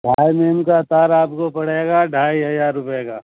ڈھائی M M کا تار آپ کو پڑے گا ڈھائی ہجار روپے کا